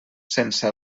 sense